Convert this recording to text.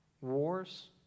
Wars